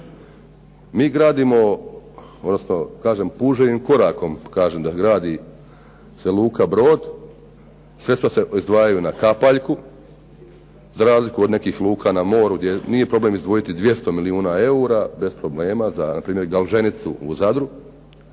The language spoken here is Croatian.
Mi gradimo, odnosno kažem puževim korakom kažem da gradi se luka "Brod", sredstva se izdvajaju na kapaljku, za razliku od nekih luka na moru gdje nije problem izdvojiti 200 milijuna eura, bez problema za npr. Galženicu u Zadru.